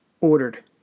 ordered